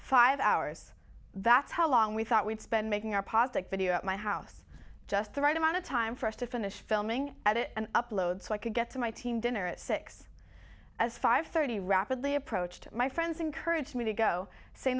five hours that's how long we thought we'd spend making our pocket video at my house just the right amount of time for us to finish filming at an upload so i could get to my team dinner at six as five thirty rapidly approached my friends encouraged me to go s